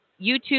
YouTube